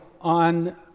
on